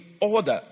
order